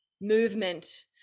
movement